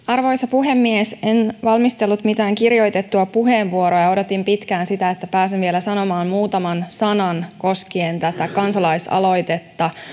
arvoisa puhemies en valmistellut mitään kirjoitettua puheenvuoroa ja odotin pitkään sitä että pääsen vielä sanomaan muutaman sanan koskien tätä kansalaisaloitetta